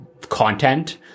content